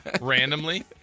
randomly